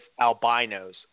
albinos